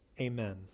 Amen